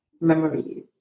Memories